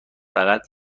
فقط